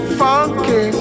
funky